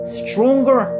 stronger